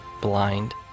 blind